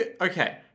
Okay